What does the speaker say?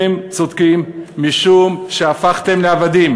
אתם צודקים משום שהפכתם לעבדים.